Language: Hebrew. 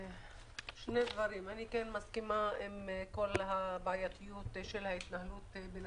שני דברים: אני כן מסכימה עם כל הבעייתיות של ההתנהלות בנתב"ג.